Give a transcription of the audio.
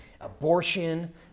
abortion